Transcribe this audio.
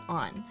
on